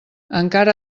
encara